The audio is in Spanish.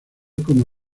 como